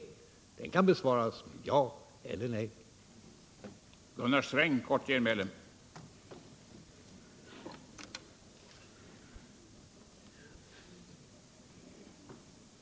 Den frågan kan besvaras med ja eller nej.